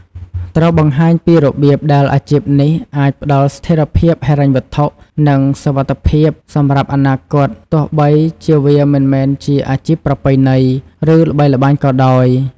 ត្រូវបង្ហាញពីរបៀបដែលអាជីពនេះអាចផ្ដល់ស្ថិរភាពហិរញ្ញវត្ថុ និងសុវត្ថិភាពសម្រាប់អនាគត ទោះបីជាវាមិនមែនជាអាជីពប្រពៃណី ឬល្បីល្បាញក៏ដោយ។